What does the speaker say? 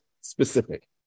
specific